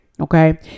Okay